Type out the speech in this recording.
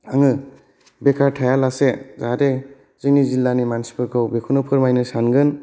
आङो बेकार थायालासे जाहाथे जोंनि जिलानि मानसिफोरखौ बेखौनो फोरमायनो सानगोन